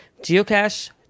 Geocache